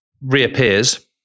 reappears